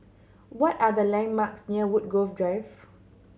what are the landmarks near Woodgrove Drive